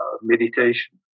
meditation